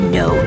no